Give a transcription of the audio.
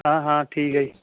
ਹਾਂ ਹਾਂ ਠੀਕ ਹੈ ਜੀ